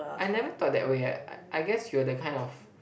I never thought that way ah I I guess you are the kind of